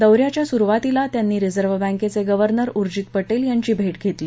दौर्याच्या सुरुवातीला त्यांनी रिजर्व बँकेचे गवर्नर उर्जित पटेल यांची भेट घेतली